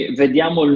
vediamo